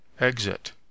Exit